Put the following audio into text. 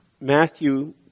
Matthew